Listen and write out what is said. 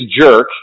jerk